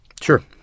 Sure